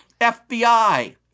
FBI